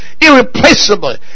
irreplaceable